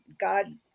God